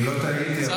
אם לא טעיתי,